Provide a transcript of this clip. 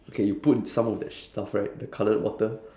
okay you put some of that sh~ stuff right the coloured water